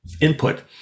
input